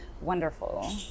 wonderful